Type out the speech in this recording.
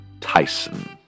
Tyson